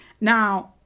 Now